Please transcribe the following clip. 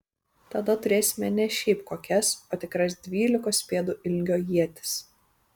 tada turėsime ne šiaip kokias o tikras dvylikos pėdų ilgio ietis